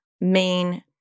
main